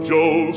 Joe